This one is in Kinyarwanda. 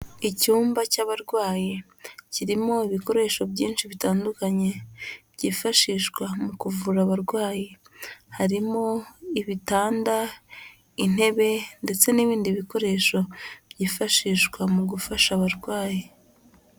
Icyumba cy'abarwayi kirimo ibikoresho byinshi bitandukanye byifashishwa mu kuvura abarwayi, harimo ibitanda, intebe ndetse n'ibindi bikoresho byifashishwa mu gufasha abarwayi.